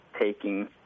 taking